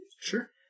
Sure